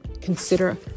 Consider